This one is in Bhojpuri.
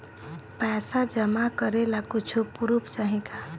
पैसा जमा करे ला कुछु पूर्फ चाहि का?